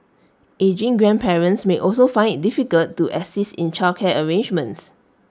ageing grandparents may also find IT difficult to assist in childcare arrangements